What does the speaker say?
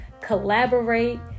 collaborate